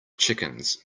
chickens